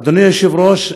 אדוני היושב-ראש,